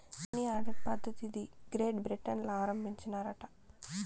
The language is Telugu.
ఈ మనీ ఆర్డర్ పద్ధతిది గ్రేట్ బ్రిటన్ ల ఆరంబించినారట